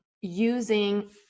using